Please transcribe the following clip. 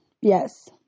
Yes